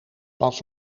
pas